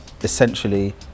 essentially